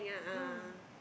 mm